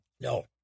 No